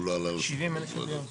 הוא לא עלה על שולחנות ועדת חוקה.